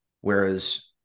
whereas